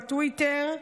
בטוויטר,